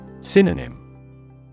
Synonym